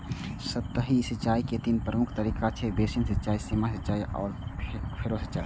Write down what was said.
सतही सिंचाइ के तीन प्रमुख तरीका छै, बेसिन सिंचाइ, सीमा सिंचाइ आ फरो सिंचाइ